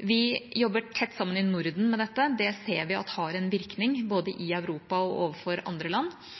Vi jobber tett sammen i Norden med dette. Det ser vi har en virkning både i Europa og overfor andre land.